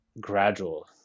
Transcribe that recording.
gradual